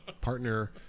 partner